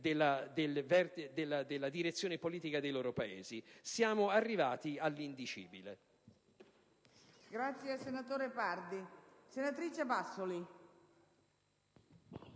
della direzione politica dei loro Paesi. Siamo arrivati all'indicibile.